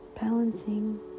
balancing